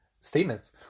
statements